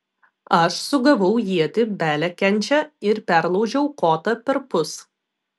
aš sugavau ietį belekiančią ir perlaužiau kotą perpus